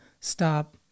stop